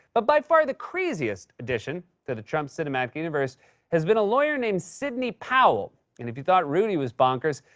ah by far the craziest addition to the trump cinematic universe has been a lawyer named sidney powell. and if you thought rudy was bonkers,